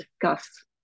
discuss